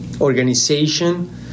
organization